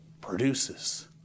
produces